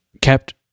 kept